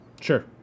Sure